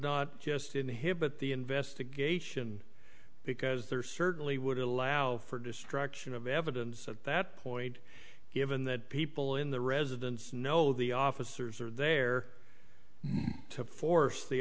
not just inhibit the investigation because there certainly would allow for destruction of evidence at that point given that people in the residence know the officers are there to force the